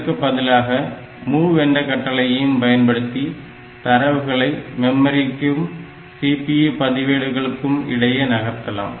இதற்கு பதிலாக MOV என்ற கட்டளையையும் பயன்படுத்தி தரவுகளை மெமரிக்கும் CPU பதிவேடுகளுக்குமிடையே நகர்த்தலாம்